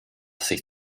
sich